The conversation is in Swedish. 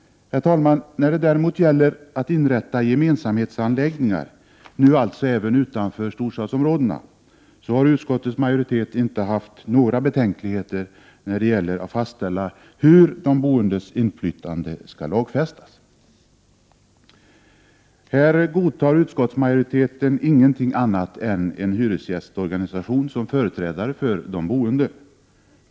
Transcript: Herr talman! När det däremot gäller att inrätta gemensamhetsanläggningar, nu alltså även utanför storstadsområdena, har utskottets majoritet inte haft några betänkligheter att fastställa hur de boendes inflytande skall lagfästas. Här godtar utskottsmajoriteten ingenting annat än en hyresgästorganisation som företrädare för de boende.